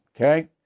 okay